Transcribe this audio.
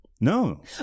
No